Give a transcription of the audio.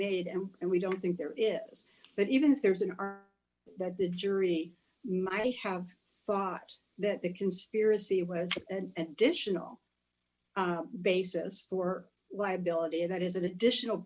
made and and we don't think there is but even if there was an that the jury might have thought that the conspiracy was and dition all basis for liability and that is an additional